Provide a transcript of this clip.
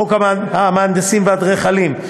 33. חוק המהנדסים והאדריכלים,